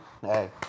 hey